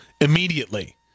immediately